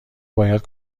باید